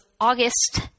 August